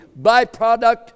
byproduct